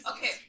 Okay